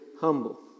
humble